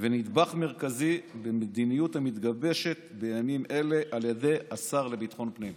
ונדבך מרכזי במדיניות המתגבשת בימים אלה על ידי השר לביטחון פנים.